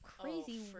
crazy